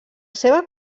seva